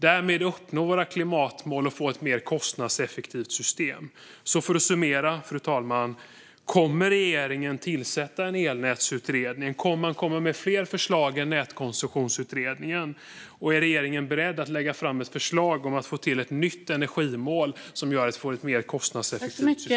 Därmed uppnår vi våra klimatmål och får ett mer kostnadseffektivt system. För att summera, fru talman: Kommer regeringen att tillsätta en elnätsutredning? Kommer man med fler förslag än Nätkoncessionsutredningen? Och är regeringen beredd att lägga fram ett förslag om ett nytt energimål som gör att vi får ett mer kostnadseffektivt system?